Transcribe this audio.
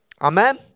Amen